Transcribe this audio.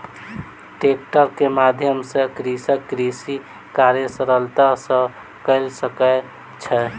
tractor के माध्यम सॅ कृषक कृषि कार्य सरलता सॅ कय सकै छै